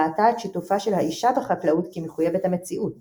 ראתה את שיתופה של האישה בחקלאות כמחויבת המציאות